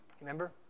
Remember